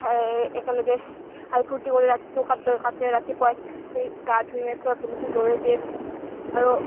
খায় একেলগে খাই ফূৰ্তি কৰি ৰাতিটো কটায় কটায় ৰাতিপুৱাই এই গা ধুই ভেলীটো জ্বলে দিয়ে আৰু